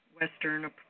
Western